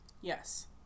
Yes